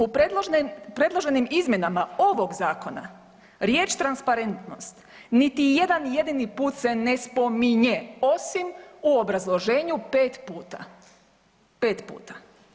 U predloženim izmjenama ovog zakona riječ transparentnost niti jedan jedini put se ne spominje, osim u obrazloženju pet puta.